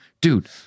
dude